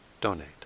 donate